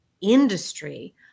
industry